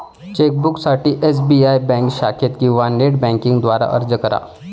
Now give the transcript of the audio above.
चेकबुकसाठी SBI bank शाखेत किंवा नेट बँकिंग द्वारे अर्ज करा